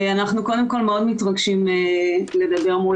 אנחנו קודם כל מאוד מתרגשים לדבר מול